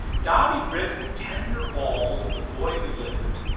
dobby gripped the tender balls of the boy who lived,